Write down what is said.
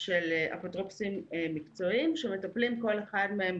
של אפוטרופוסים מקצועיים שמטפלים כל אחד מהם,